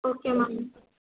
okay ma'am